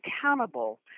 accountable